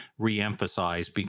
reemphasize